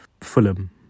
Fulham